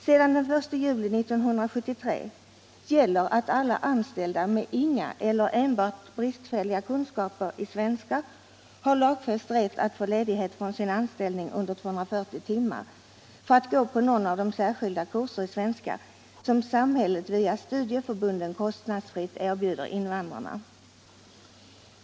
Sedan den 1 juli 1973 gäller att alla anställda invandrare med inga eller endast bristfälliga kunskaper i svenska har lagfäst rätt att få ledighet från sin anställning under 240 timmar — i vissa fall under något mer begränsad tid — för att gå på någon av de särskilda kurser i svenska som samhället via studieförbunden kostnadsfritt erbjuder invandrarna.